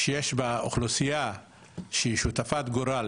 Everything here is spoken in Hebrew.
שיש בה אוכלוסייה שהיא שותפת גורל,